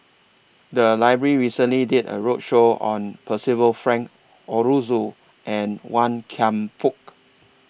The Library recently did A roadshow on Percival Frank Aroozoo and Wan Kam Fook